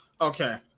Okay